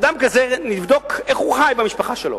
אדם כזה, נבדוק איך הוא חי במשפחה שלו.